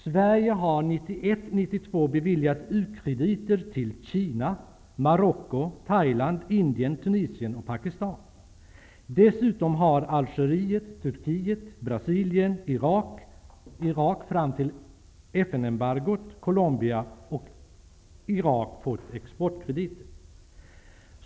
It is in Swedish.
Sverige har 1991--1992 beviljat u-krediter till Kina, Dessutom har Algeriet, Turkiet, Brasilien, Irak -- fram till FN-embargot -- Colombia och Iran fått exportkrediter.